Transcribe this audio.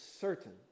certain